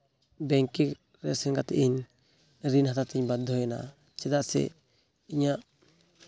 ᱵᱮᱝᱠᱮ ᱨᱮ ᱥᱮᱱ ᱠᱟᱛᱮᱫ ᱤᱧ ᱨᱤᱱ ᱦᱟᱛᱟᱣ ᱛᱤᱧ ᱵᱟᱫᱽᱫᱷᱚᱭᱮᱱᱟ ᱪᱮᱫᱟᱜ ᱥᱮ ᱤᱧᱟᱹᱜ